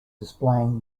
displaying